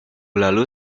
lalu